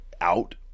out